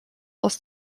aus